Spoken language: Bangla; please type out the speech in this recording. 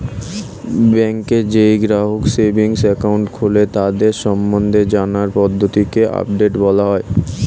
ব্যাংকে যেই গ্রাহকরা সেভিংস একাউন্ট খোলে তাদের সম্বন্ধে জানার পদ্ধতিকে আপডেট বলা হয়